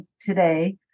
today